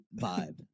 vibe